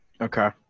Okay